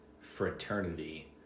Fraternity